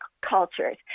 cultures